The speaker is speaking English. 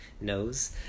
knows